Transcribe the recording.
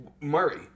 Murray